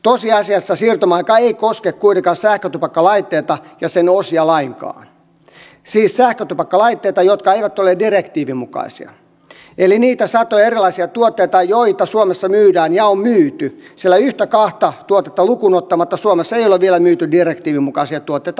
tosiasiassa siirtymäaika ei koske kuitenkaan sähkötupakkalaitteita ja sen osia lainkaan siis sähkötupakkalaitteita jotka eivät ole direktiivin mukaisia eli niitä satoja erilaisia tuotteita joita suomessa myydään ja on myyty sillä yhtä kahta tuotetta lukuun ottamatta suomessa ei ole vielä myyty direktiivin mukaisia tuotteita lainkaan